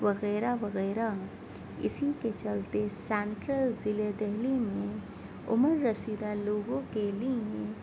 وغیرہ وغیرہ اسی کے چلتے سیانٹرل ضلعے دہلی میں عمر رسیدہ لوگوں کے لیے